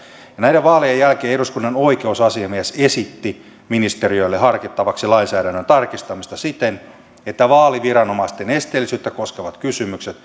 ja näiden vaalien jälkeen eduskunnan oikeusasiamies esitti ministeriölle harkittavaksi lainsäädännön tarkistamista siten että vaaliviranomaisten esteellisyyttä koskevat kysymykset